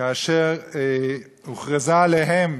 כאשר הוכרז עליהם,